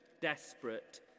desperate